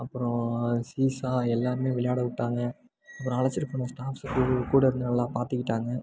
அப்புறம் சீசா எல்லாமே விளையாட விட்டாங்க அப்புறம் அழைச்சிட்டு போன ஸ்டாஃப்ஸ்ஸு கூட இருந்து நல்லா பார்த்துக்கிட்டாங்க